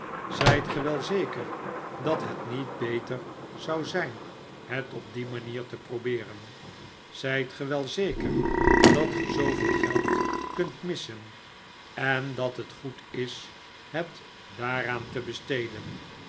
zijt ge wel zeker dat het niet beter zou zijn het op die manier te probeeren zijt ge wel zeker dat ge zooveel geld kunt missen en dat het goed is het daaraan te besteden